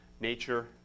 nature